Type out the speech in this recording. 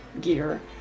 gear